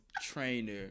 trainer